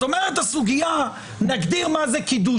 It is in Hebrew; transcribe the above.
אומרת הסוגיה: נגדיר מה זה קידוש